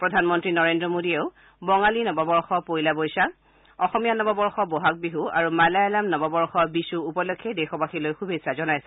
প্ৰধানমন্ত্ৰী নৰেন্দ্ৰ মোদীয়ে বঙালী নৱবৰ্ষ পয়লা বৈশাখ অসমীয়া নৱবৰ্ষ বহাগ বিহু আৰু মালয়ালম নৱবৰ্ষ বিষু উপলক্ষে দেশবাসীলৈ শুভেচ্ছা জনাইছে